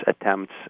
attempts